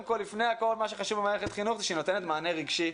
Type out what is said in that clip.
כל לפני הכול מה שחשוב במערכת החינוך זה שהיא נותנת מענה רגשי